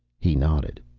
he nodded.